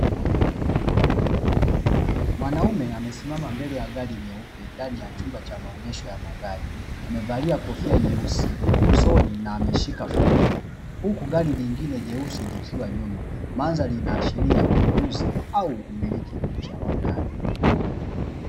Mwanaume amesimama mbele ya gari nyeupe ndani ya chumba cha maonyesho ya magari, amevalia kofia ya nyeusi usoni ameshika funguo huku gari lingine jeusi likiwa nyuma, madhari inaashiria ununuzi au umiliki mpya wa gari.